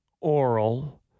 oral